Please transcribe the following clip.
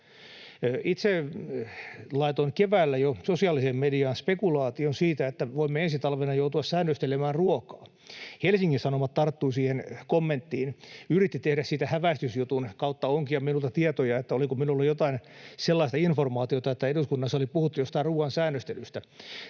Itse laitoin jo keväällä sosiaaliseen mediaan spekulaation siitä, että voimme ensi talvena joutua säännöstelemään ruokaa. Helsingin Sanomat tarttui siihen kommenttiin ja yritti tehdä siitä häväistysjutun / onkia minulta tietoja, oliko minulla jotain sellaista informaatiota, että eduskunnassa oli puhuttu jostain ruoan säännöstelystä.